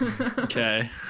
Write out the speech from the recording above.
Okay